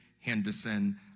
Henderson